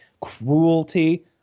cruelty